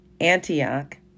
Antioch